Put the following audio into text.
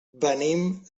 venim